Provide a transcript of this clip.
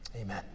Amen